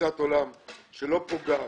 מתפיסת עולם שלא פוגעת,